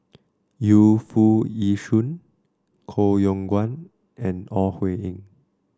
Yu Foo Yee Shoon Koh Yong Guan and Ore Huiying